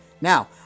now